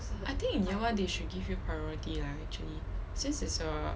I think in year one they should give you priority lah actually since is a